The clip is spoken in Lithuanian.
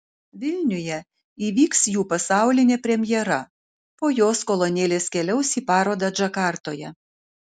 vilniuje įvyks jų pasaulinė premjera po jos kolonėlės keliaus į parodą džakartoje